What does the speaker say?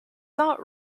not